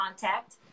contact